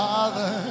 Father